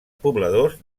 pobladors